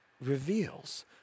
reveals